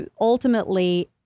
ultimately